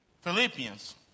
Philippians